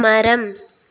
மரம்